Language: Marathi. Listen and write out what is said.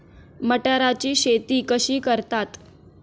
मटाराची शेती कशी करतात?